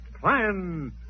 Plan